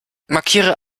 markiere